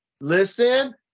Listen